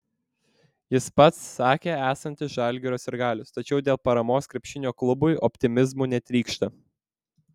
jis pats sakė esantis žalgirio sirgalius tačiau dėl paramos krepšinio klubui optimizmu netrykšta